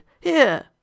Here